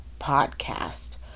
Podcast